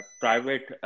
private